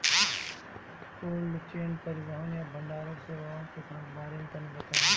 Cold chain परिवहन या भंडारण सेवाओं के बारे में तनी बताई?